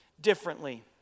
differently